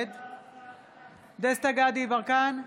דסטה גדי יברקן,